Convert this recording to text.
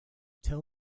tell